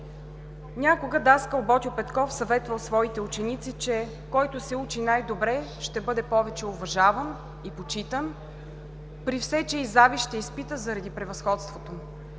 „Някога даскал Ботьо Петков съветвал своите ученици, че който се учи най-добре, ще бъде повече уважаван и почитан при все, че и завист ще изпита заради превъзходството.